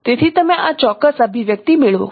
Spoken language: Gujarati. તેથી તમે આ ચોક્કસ અભિવ્યક્તિ મેળવો